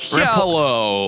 yellow